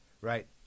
right